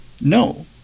No